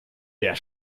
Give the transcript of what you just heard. der